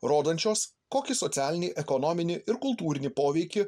rodančios kokį socialinį ekonominį ir kultūrinį poveikį